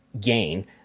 gain